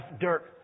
dirt